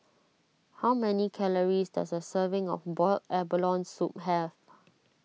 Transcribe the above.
how many calories does a serving of Boiled Abalone Soup have